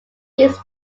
these